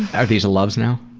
are these loves now?